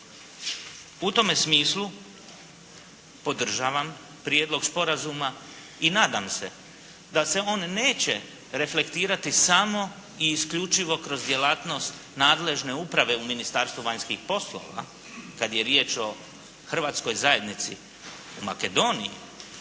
U tome smislu podržavam prijedlog sporazuma i nadam se da se on neće reflektirati samo i isključivo kroz djelatnost nadležne uprave u Ministarstvu vanjskih poslova kad je riječ o Hrvatskoj zajednici u Makedoniji